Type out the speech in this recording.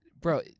bro